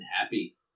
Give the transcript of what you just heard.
happy